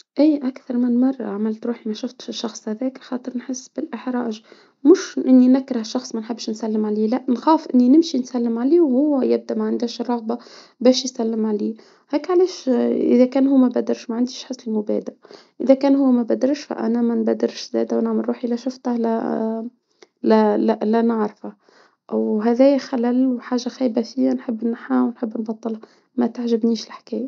أي أكثر من مرة عملت روحي ما شفتش الشخص هذاك، خاطر ما نحس بالإحراج، مش إني نكره الشخص، ما نحبش نسلم عليه، لا نخاف إني نمشي نسلم عليه، وهو يبدأ، ما عندهاش الرغبة بش يسلم علي هيك، عليش، إذا كان هو ما بدرش، ما عنديش حسن مبادئ، إذا كان هو ما بدرش، فأنا ما نبدرش زادة ونعمل روحي، لا شفت على، لا- لا نعرفه أو هاذي خلل وحاجة خيبة فيها، نحب ننحا ونحب نبطلها، ما تعجبنيش الحكاية.